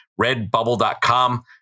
redbubble.com